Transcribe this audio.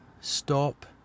stop